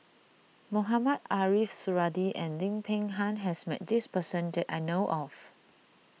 Mohamed Ariff Suradi and Lim Peng Han has met this person that I know of